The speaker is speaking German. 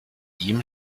ihm